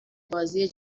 بازی